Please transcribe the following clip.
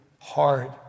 hard